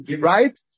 Right